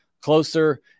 closer